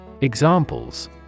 Examples